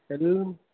ஹெல்